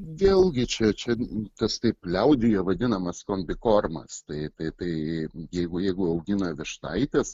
vėlgi čia čia tas taip liaudyje vadinamas kombikormas tai tai tai jeigu jeigu augina vištaites